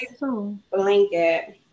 blanket